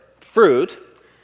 fruit